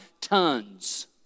tons